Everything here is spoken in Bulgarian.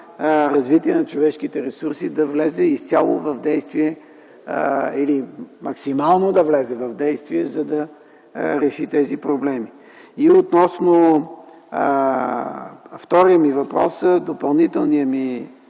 „Развитие на човешките ресурси” да влезе изцяло в действие или максимално да влезе в действие, за да реши тези проблеми. Относно вторият ми допълнителен